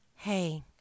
Hey